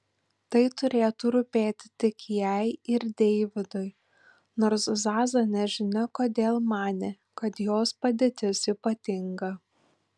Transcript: tai turėtų rūpėti tik jai ir deividui nors zaza nežinia kodėl manė kad jos padėtis ypatinga